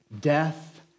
death